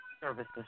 services